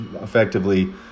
effectively